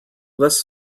less